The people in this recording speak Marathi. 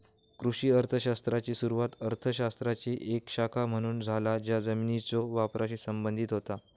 कृषी अर्थ शास्त्राची सुरुवात अर्थ शास्त्राची एक शाखा म्हणून झाला ज्या जमिनीच्यो वापराशी संबंधित होता